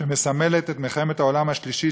שמסמלת את מלחמת העולם השלישית,